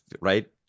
right